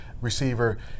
receiver